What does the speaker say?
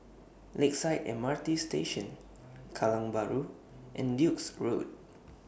Lakeside M R T Station Kallang Bahru and Duke's Road